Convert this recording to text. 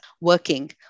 working